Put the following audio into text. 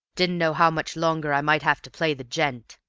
didn't know how much longer i might have to play the gent,